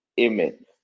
amen